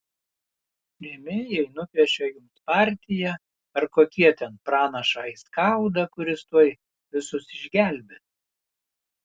rėmėjai nupiešia jums partiją ar kokie ten pranašą aiskaudą kuris tuoj visus išgelbės